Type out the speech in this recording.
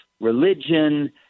religion